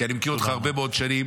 כי אני מכיר אותך הרבה מאוד שנים.